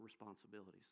responsibilities